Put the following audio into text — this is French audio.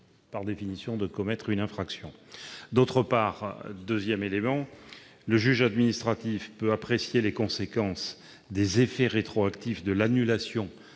par définition, de commettre une infraction. D'autre part, le juge administratif peut apprécier les conséquences des effets rétroactifs de l'annulation